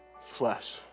flesh